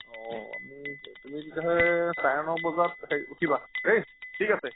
অঁ আমি তুমি তেতিয়াহ'লে চাৰে ন বজাত হেৰি উঠিবা দেই ঠিক আছে